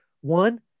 one